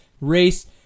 race